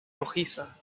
rojiza